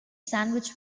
sandwich